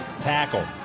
tackle